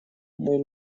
мой